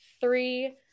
three